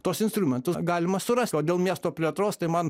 tuos instrumentus galima surasti o dėl miesto plėtros tai man